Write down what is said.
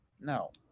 No